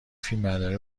فیلمبرداری